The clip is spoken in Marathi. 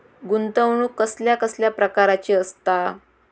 गुंतवणूक कसल्या कसल्या प्रकाराची असता?